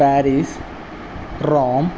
Paris Rome